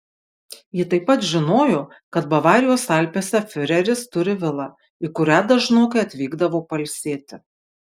ji taip pat žinojo kad bavarijos alpėse fiureris turi vilą į kurią dažnokai atvykdavo pailsėti